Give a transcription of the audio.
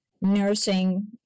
nursing